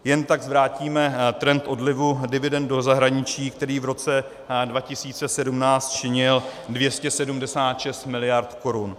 Jen tak vrátíme trend odlivu dividend do zahraničí, který v roce 2017 činil 276 mld. korun.